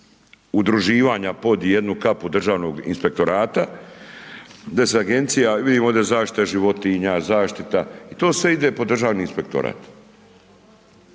udruživanja pod jednu kapu Državnog inspektorata, gdje se Agencija, vidim ovdje zaštita životinja, zaštita, i to sve ide pod Državni inspektorat.